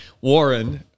Warren